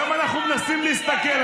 היום אנחנו מנסים להסתכל,